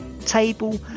table